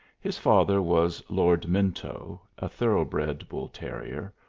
his father was lord minto, a thoroughbred bull-terrier,